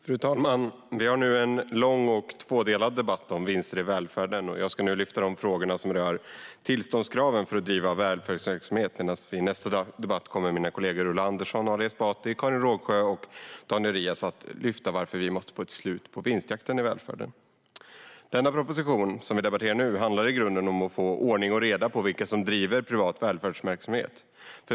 Fru talman! Vi har nu en lång och tvådelad debatt om vinster i välfärden. Jag ska nu lyfta de frågor som rör tillståndskraven för att driva välfärdsverksamhet. I nästa debatt kommer mina kollegor Ulla Andersson, Ali Esbati, Karin Rågsjö och Daniel Riazat att lyfta varför vi måste få ett slut på vinstjakten i välfärden. Den proposition som vi behandlar nu handlar i grunden om att få ordning och reda på vilka som driver privat välfärdsverksamhet.